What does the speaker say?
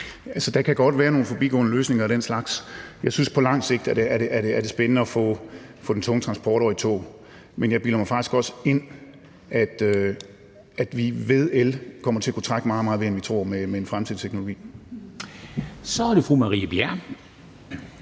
Der kan godt være nogle midlertidige løsninger af den slags. Jeg synes, at det på lang sigt er spændende at få den tunge transport over i tog, men jeg bilder mig faktisk også ind, at vi ved hjælp af el kommer til at kunne trække meget, meget mere, end vi tror, med en fremtidig teknologi. Kl. 19:24 Formanden